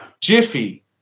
Jiffy